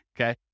okay